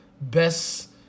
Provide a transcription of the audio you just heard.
best